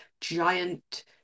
giant